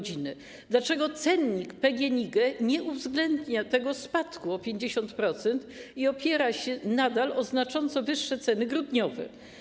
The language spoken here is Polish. Dlaczego cennik PGNiG nie uwzględnia tego spadku o 50% i opiera się nadal o znacząco wyższe ceny grudniowe?